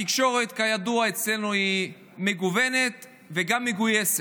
התקשורת אצלנו, כידוע, היא מגוונת וגם מגויסת.